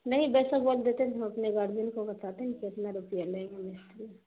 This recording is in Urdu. نہیں ویسا بول دیتے تو ہم اپنے گارجین کو بتاتے ہیں کہ اتنا روپیہ لے گا مستری